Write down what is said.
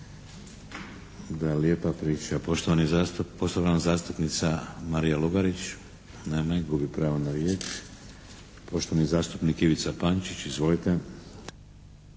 Da, lijepa priča. Poštovana zastupnica Marija Lugarić. Nema je. Gubi pravo na riječ. Poštovani zastupnik Ivica Pančić. Izvolite.